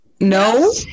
No